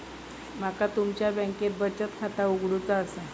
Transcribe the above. माका तुमच्या बँकेत बचत खाता उघडूचा असा?